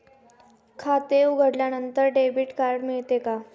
खाते उघडल्यानंतर debit card मिळते का?